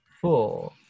four